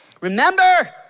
Remember